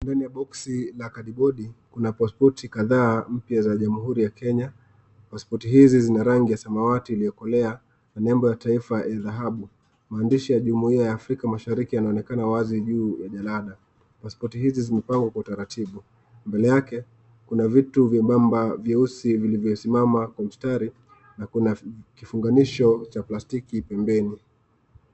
ndani ya boxi la kadibodi kuna pasipoti kadhaa mpya za Jamhuri ya Kenya. Pasipoti hizi zina rangi ya samawati iliyokolea na nembo ya taifa ya dhahabu. Maandishi ya Jumuiya ya Afrika Mashariki yanaonekana wazi juu ya jalada. Pasipoti hizi zimepangwa kwa utaratibu. Mbele yake kuna vitu vyembamba vyeusi vilivyosimama kwa mstari na kuna kifunganisho cha plastiki pembeni.